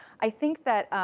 i think that,